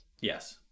yes